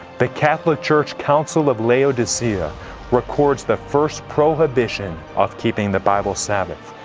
the catholic church council of laodicea records the first prohibition of keeping the bible sabbath.